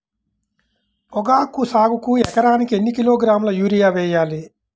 పొగాకు సాగుకు ఎకరానికి ఎన్ని కిలోగ్రాముల యూరియా వేయాలి?